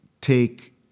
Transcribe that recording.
take